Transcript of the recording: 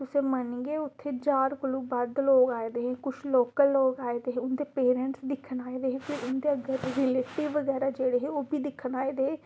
तुसें मन्नगे उत्थै ज्हार कोलूं बद्ध लोक आए दे हे कुछ लोकल लोक आए दे हे उं'दे पेरेंट्स दिक्खन आए दे हे उं'दे रिलेटिव बगैरा जेह्ड़े हे ओह् बी दिक्खन आए दे हे